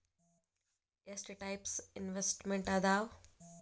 ಎಷ್ಟ types investments ಅದಾವ